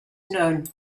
known